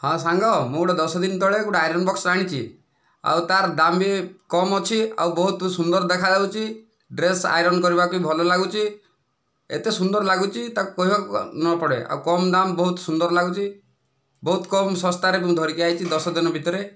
ହଁ ସାଙ୍ଗ ମୁଁ ଗୋଟିଏ ଦଶ ଦିନ ତଳେ ଗୋଟିଏ ଆଇରନ୍ ବକ୍ସ ଆଣିଛି ଆଉ ତାର ଦାମ ବି କମ ଅଛି ଆଉ ବହୁତ ସୁନ୍ଦର ଦେଖାଯାଉଛି ଡ୍ରେସ୍ ଆଇରନ୍ କରିବାକୁ ବି ଭଲ ଲାଗୁଛି ଏତେ ସୁନ୍ଦର ଲାଗୁଛି ତାକୁ କହିବାକୁ ଆଉ ନପଡ଼େ ଆଉ କମ ଦାମ ବହୁତ ସୁନ୍ଦର ଲାଗୁଛି ବହୁତ କମ ଶସ୍ତାରେ ମୁଁ ଧରିକି ଆସିଛି ମୁଁ ଦଶ ଦିନ ଭିତରେ